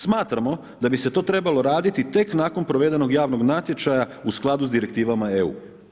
Smatramo da bi se to trebalo raditi tek nakon provedenog javnog natječaja u skladu s direktivama EU.